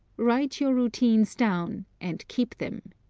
write your routines down and keep them.